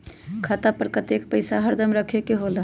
खाता पर कतेक पैसा हरदम रखखे के होला?